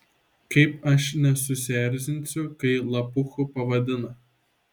kaip aš nesusierzinsiu kai lapuchu pavadina